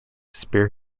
spare